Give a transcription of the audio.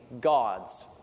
God's